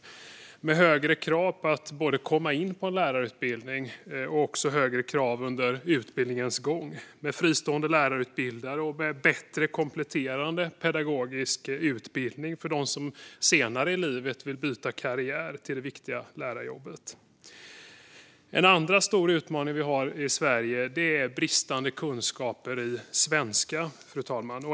Det gör vi med högre krav för att komma in på en lärarutbildning och också högre krav under utbildningens gång. Det gör vi med fristående lärarutbildare och med bättre kompletterande pedagogisk utbildning för dem som senare i livet vill byta karriär till det viktiga lärarjobbet. Fru talman! En andra stor utmaning vi har i Sverige är bristande kunskaper i svenska.